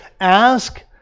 Ask